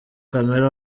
kamere